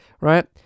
Right